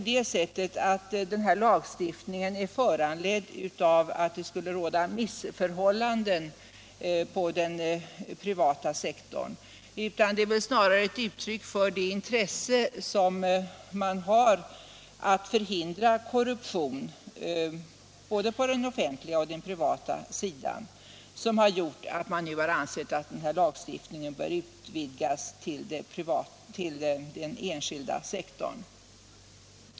Denna lagstiftning är inte föranledd av att det skulle råda missförhållanden på den privata sektorn. Den är väl snarare ett uttryck för det intresse som man har att förhindra korruption både på den offentliga och på den privata sidan. Därför har man ansett att denna lagstiftning bör utvidgas till den enskilda sektorn.